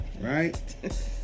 right